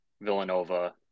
Villanova